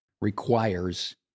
requires